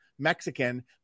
mexican